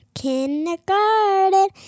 kindergarten